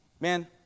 man